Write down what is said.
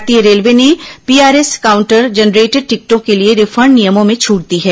भारतीय रेलवे ने PRS counter generated टिकटों के लिए रिफंड नियमों में छूट दी है